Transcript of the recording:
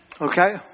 Okay